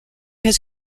has